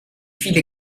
viele